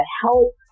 help